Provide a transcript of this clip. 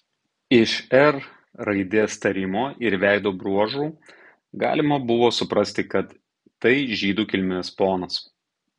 iš r raidės tarimo ir veido bruožų galima buvo suprasti kad tai žydų kilmės ponas